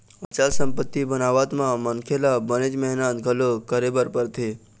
अचल संपत्ति बनावत म मनखे ल बनेच मेहनत घलोक करे बर परथे